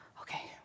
Okay